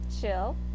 chill